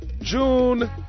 June